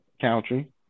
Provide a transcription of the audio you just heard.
Country